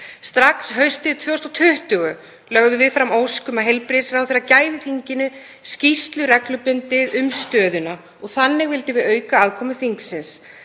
Strax haustið 2020 lögðum við fram ósk um að heilbrigðisráðherra gæfi þinginu skýrslu reglubundið um stöðuna. Þannig vildum við auka aðkomu þingsins,